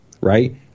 right